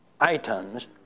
items